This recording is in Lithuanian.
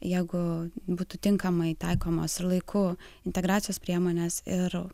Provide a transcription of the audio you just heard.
jeigu būtų tinkamai taikomas ir laiku integracijos priemonės ir